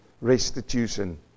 Restitution